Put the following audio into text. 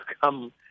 come